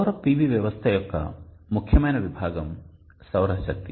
సౌర PV వ్యవస్థ యొక్క ముఖ్యమైన విభాగం సౌర శక్తి